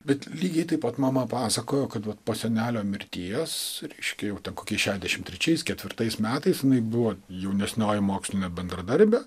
bet lygiai taip pat mama pasakojo kad vat po senelio mirties reiškia kokį šešiasdešimt trečiais ketvirtais metais jinai buvo jaunesnioji mokslinė bendradarbė